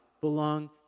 belong